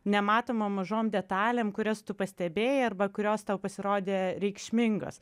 nematomom mažom detalėm kurias tu pastebėjai arba kurios tau pasirodė reikšmingos